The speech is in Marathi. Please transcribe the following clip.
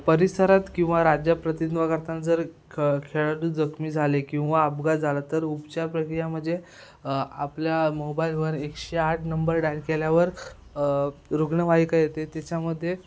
परिसरात किंवा राज्य प्रतिन्वा करताना जर ख खेळाडू जखमी झाले किंवा अपघात झाला तर उपचार प्रक्रिया म्हणजे आपल्या मोबाईलवर एकशे आठ नंबर डायल केल्यावर रुग्णवाहिका येते तिच्यामध्ये